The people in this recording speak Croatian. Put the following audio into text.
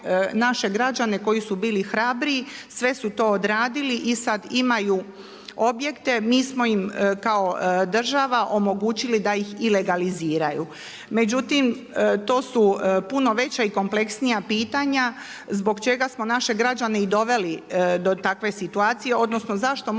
naše građane koji su bili hrabriji, sve su to odradili i sad imaju objekte. Mi smo im kao država omogućili da ih i legaliziraju. Međutim, to su puno veća i kompleksnija pitanja zbog čega smo naše građane i doveli do takve situacije, odnosno zašto možda